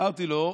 אמרתי לו: